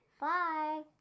Bye